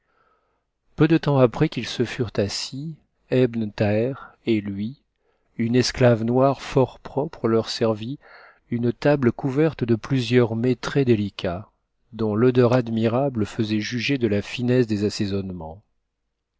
peu de temps après qu'ils se furent assis ebn thaher et lui une esclave noire fort propre leur servit une table couverte de plusieurs mets très délicats dont l'odeur admirable faisait juger de la finesse des assaisonnements